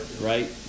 right